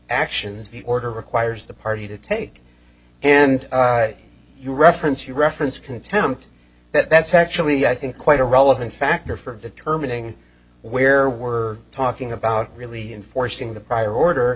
actions the order requires the party to take and you reference your reference contempt that's actually i think quite a relevant factor for determining where we're talking about really enforcing the prior order